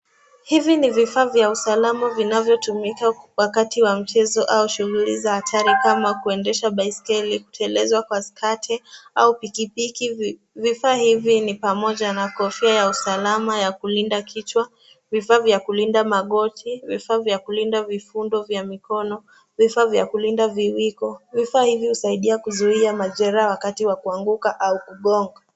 Hivi ni vifaa vya usalama vinavyotumika wakati wa michezo au shughuli za hatari kama kuendesha baiskeli, kuteleza kwa sketi au pikipiki. Vifaa hivi ni pamoja na kofia ya usalama ya kulinda kichwa, vifaa vya kulinda magoti, vifaa vya kulinda vifundo vya mikono, vifaa vya kulinda viwiko. Vifaa hivi husaidia kuzuia majeraha wakati wa kuanguka au kugongwa.